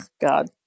God